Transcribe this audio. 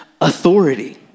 authority